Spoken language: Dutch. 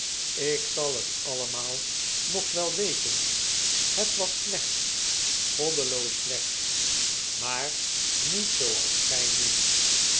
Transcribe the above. ik zal het allemaal nog wel weten het was slecht goddeloos slecht maar niet zooals gij